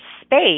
space